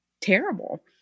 terrible